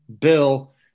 Bill